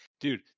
dude